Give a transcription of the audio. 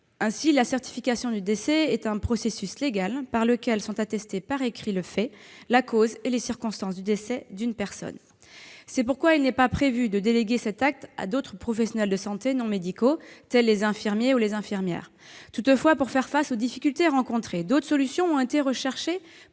Ainsi, la certification du décès est un processus légal par lequel sont attestés par écrit le fait, la cause et les circonstances du décès d'une personne. C'est pourquoi il n'est pas prévu de déléguer cet acte à d'autres professionnels de santé non médicaux, tels les infirmières et les infirmiers. Toutefois, pour faire face aux difficultés rencontrées, d'autres solutions ont été recherchées